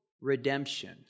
redemption